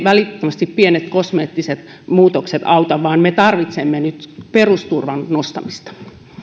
välittömästi pienet kosmeettiset muutokset auta vaan me tarvitsemme nyt perusturvan nostamista